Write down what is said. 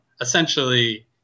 essentially